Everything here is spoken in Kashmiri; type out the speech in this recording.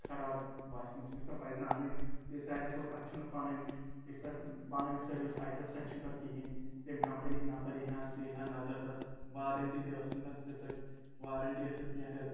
خَراب باسے مےٚ سۄ پَزِ نہٕ اَنٕنۍ بیٚیہِ ساروٕی کھۄتہٕ تَتھ چھَنہٕ پَنٕںۍ یُس تَتھ پَنٕنۍ سٔرِوِس آسِہ ہا سۄتِہ چھِنہٕ تَتھ کِہینۍ تٔمۍ کَمپٔنی ہِنٛد نَفَر یی ہَن دی ہَن نظر تَتھ وارَنٹی تہِ ٲسۍ نہٕ تَتھ تیٖژاہ وارَنٹی ٲسۍ تَتھ کینٛہہ رٮ۪تھ